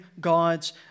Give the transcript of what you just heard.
God's